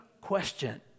question